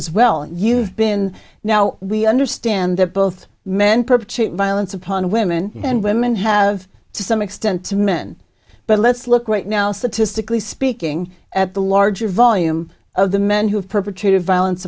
as well you've been now we understand that both men per chip violence upon women and women have to some extent to men but let's look right now statistically speaking at the larger volume of the men who have perpetrated violence